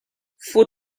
for